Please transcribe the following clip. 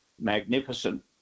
magnificent